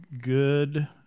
Good